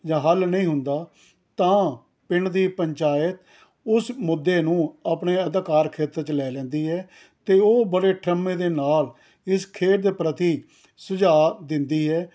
ਜਾਂ ਹੱਲ ਨਹੀਂ ਹੁੰਦਾ ਤਾਂ ਪਿੰਡ ਦੀ ਪੰਚਾਇਤ ਉਸ ਮੁੱਦੇ ਨੂੰ ਆਪਣੇ ਅਧਿਕਾਰ ਖੇਤਰ 'ਚ ਲੈ ਲੈਂਦੀ ਹੈ ਅਤੇ ਉਹ ਬੜੇ ਠਰੱਮੇ ਦੇ ਨਾਲ ਇਸ ਖੇਡ ਦੇ ਪ੍ਰਤੀ ਸੁਝਾਅ ਦਿੰਦੀ ਹੈ